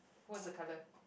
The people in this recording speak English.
what's the colour